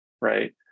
right